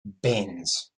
baynes